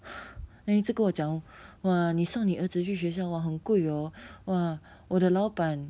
then 一直给我讲 !wah! 你送你儿子去学校 !wah! 很贵 hor !wah! 我的老板